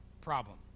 problem